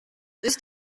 ist